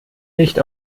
nicht